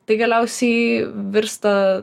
tai galiausiai virsta